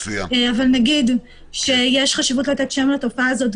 אבל נגיד שיש חשיבות לתת שם לתופעה הזו,